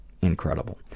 Incredible